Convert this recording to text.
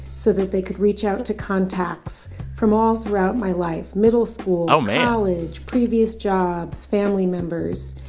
so that they could reach out to contacts from all throughout my life middle school. oh, man. college, previous jobs, family members.